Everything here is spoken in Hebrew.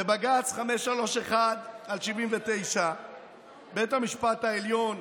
בבג"ץ 531/79 בית המשפט העליון,